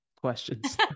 questions